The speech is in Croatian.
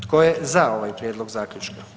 Tko je za ovaj prijedlog Zaključka?